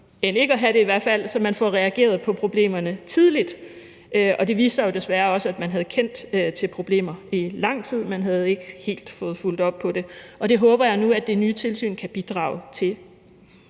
end ikke at have det, så man får reageret på problemerne tidligt. Og det viste sig jo desværre også, at man havde kendt til problemer i lang tid, men man havde ikke helt fået fulgt op på det. Og det håber jeg nu at det nye tilsyn kan bidrage til.